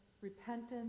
repentance